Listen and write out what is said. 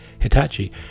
Hitachi